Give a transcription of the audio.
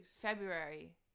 February